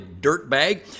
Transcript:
dirtbag